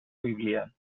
bíblia